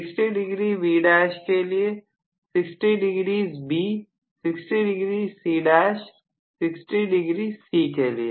60 degree B' 60 degree B 60 degree C' 60 degree C के लिए